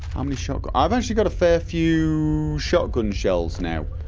how many shotgun i've actually got a fair few shotgun shells now